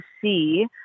see